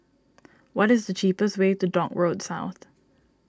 what is the cheapest way to Dock Road South